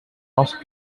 also